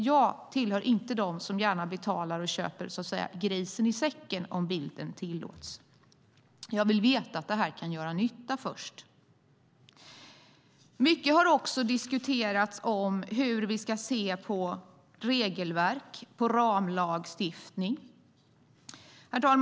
Jag tillhör inte dem som gärna köper grisen i säcken, om uttrycket tillåts, utan jag vill veta att det vi gör kan göra nytta först. Mycket har också diskuterats om hur vi ska se på regelverk och ramlagstiftning.